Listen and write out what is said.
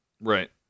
Right